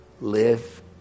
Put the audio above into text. Live